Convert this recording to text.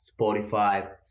Spotify